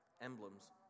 emblems